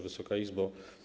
Wysoka Izbo!